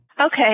Okay